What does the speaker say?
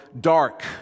dark